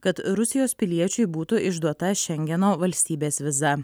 kad rusijos piliečiui būtų išduota šengeno valstybės viza